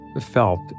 felt